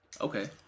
Okay